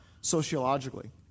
sociologically